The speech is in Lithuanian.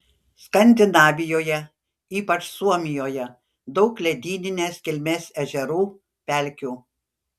skandinavijoje ypač suomijoje daug ledyninės kilmės ežerų pelkių